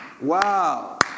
Wow